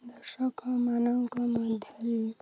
ଦର୍ଶକ ମାନଙ୍କ ମଧ୍ୟରେ